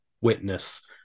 witness